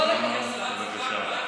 חבר הכנסת חמד עמאר, בבקשה.